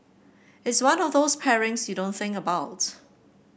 it's one of those pairings you don't think about